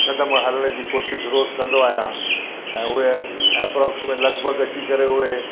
क़दम हलण जी कोशिश रोज़ु कंदो आहियां ऐं उहे एप्रोक्सीमेट लॻिभॻि अची करे उहे